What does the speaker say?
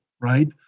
right